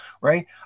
right